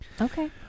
Okay